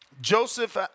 Joseph